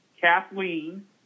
Kathleen